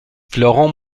florent